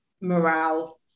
morale